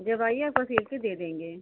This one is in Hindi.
जब आइए आपका सिलकर दे देंगे